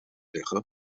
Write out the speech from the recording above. liggen